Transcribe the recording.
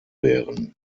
wären